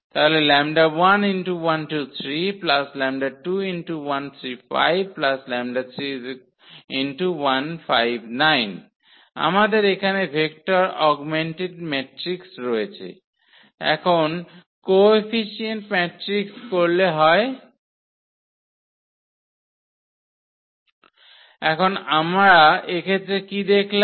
তাহলে আমাদের এখানে ভেক্টর অগমেন্টেড ম্যাট্রিক্স রয়েছে এখন কোএফিসিয়েন্ট ম্যাট্রিক্স করলে হয় এখন আমরা এক্ষেত্রে কি দেখলাম